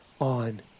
on